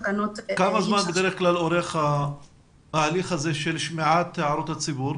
כמה זמן בדרך כלל אורך התהליך הזה של שמיעת הערות הציבור?